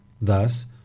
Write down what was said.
thus